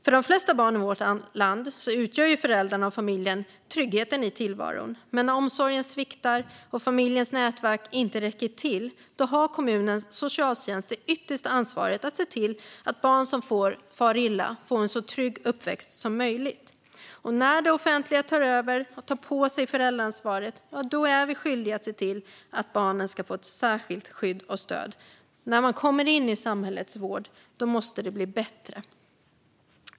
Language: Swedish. För de flesta barn i vårt land utgör föräldrarna och familjen tryggheten i tillvaron. Men när omsorgen sviktar och familjens nätverk inte räcker till har kommunens socialtjänst det yttersta ansvaret för att se till att barn som far illa får en så trygg uppväxt som möjligt. När det offentliga tar över och tar på sig föräldraansvaret är vi skyldiga att se till att barnen får särskilt skydd och stöd. När man kommer in i samhällets vård måste det bli bättre.